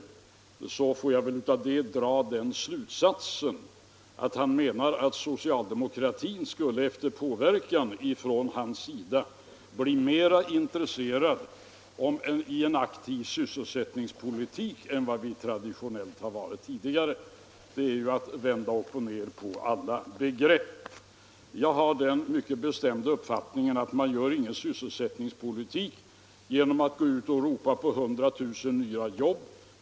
Jag får väl av det dra slutsatsen att han menar att socialdemokratin efter påverkan från hans sida skulle ha blivit mera intresserad av en aktiv sysselsättningspolitik än den traditionellt varit. Det är ju att vända upp och ned på alla begrepp. Jag har den mycket bestämda uppfattningen att man inte åstadkommer någon sysselsättningspolitik genom att ropa på 100 000 nya jobb.